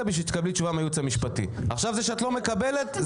בשביל שתקבלי תשובה מהייעוץ המשפטי.